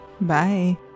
Bye